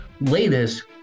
latest